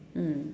mm